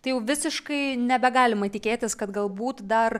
tai jau visiškai nebegalima tikėtis kad galbūt dar